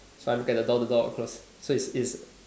if I look at the door the door will close so it's it's